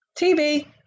TV